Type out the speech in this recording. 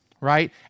right